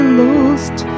lost